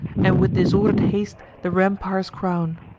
and with disorder'd haste the rampires crown.